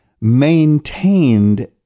maintained